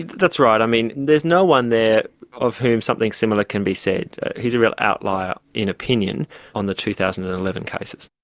that's right, i mean, there's no one there of whom something similar can be said. he's a real outlier in opinion on the two thousand and eleven cases.